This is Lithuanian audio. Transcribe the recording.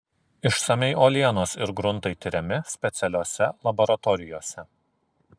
išsamiai uolienos ir gruntai tiriami specialiose laboratorijose